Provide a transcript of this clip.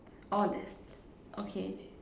orh that's okay